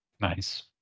Nice